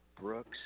Brooks